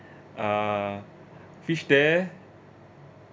ah reach there